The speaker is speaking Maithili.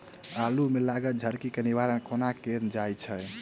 आलु मे लागल झरकी केँ निवारण कोना कैल जाय छै?